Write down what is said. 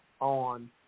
On